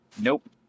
Nope